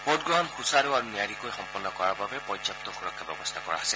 ভোটগ্ৰহণ সুচাৰু আৰু নিয়াৰিকৈ সম্পন্ন কৰাৰ বাবে পৰ্যাপ্ত সুৰক্ষা ব্যৱস্থা কৰা হৈছে